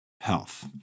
health